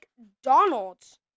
McDonald's